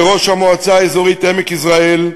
כראש המועצה האזורית עמק יזרעאל,